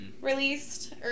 released